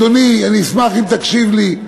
אדוני, אני אשמח אם תקשיב לי.